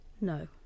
No